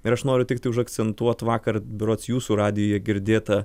ir aš noriu tiktai užakcentuot vakar berods jūsų radijuje girdėtą